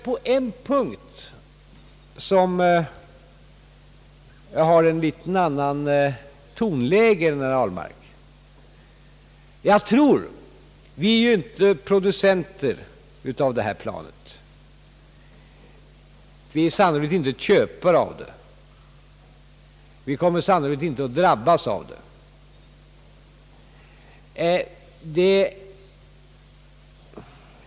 På en punkt kanske mitt tonläge är ett annat än herr Ahlmarks. Vi är ju inte producenter av ifrågavarande plan, vi är sannolikt inte köpare av det, vi kommer sannolikt inte att drabbas av det.